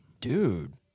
Dude